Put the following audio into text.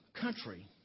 country